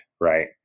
right